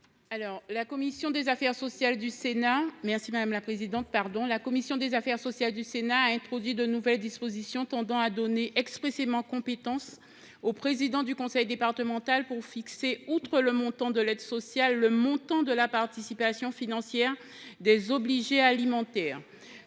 La commission des affaires sociales du Sénat a introduit de nouvelles dispositions tendant à donner expressément compétence au seul président du conseil départemental pour fixer, outre le montant de l’aide sociale, le montant de la participation financière des obligés alimentaires.